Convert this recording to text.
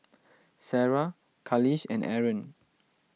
Sarah Khalish and Aaron